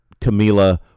Camila